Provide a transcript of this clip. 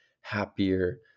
happier